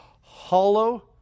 hollow